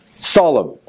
solemn